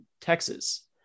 Texas